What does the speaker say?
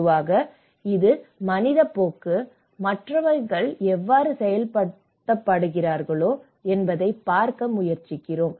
பொதுவாக இது மனிதப் போக்கு மற்றவர்கள் எவ்வாறு செயல்படுத்தப்பட்டார்கள் என்பதைப் பார்க்க முயற்சிக்கிறோம்